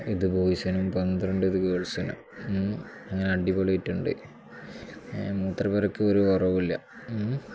ഇത് ബോയ്സിനും പന്ത്രണ്ട് ഇത് ഗേൾസിനും അങ്ങനെ അടിപൊളിയായിട്ടുണ്ട് ഏ മൂത്ര പുരക്ക് ഒരു കുറവുമില്ല